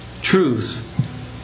truth